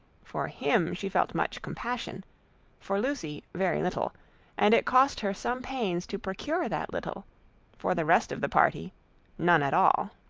for him she felt much compassion for lucy very little and it cost her some pains to procure that little for the rest of the party none at all.